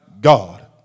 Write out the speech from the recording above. God